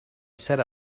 set